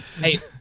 Hey